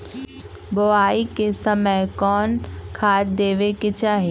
बोआई के समय कौन खाद देवे के चाही?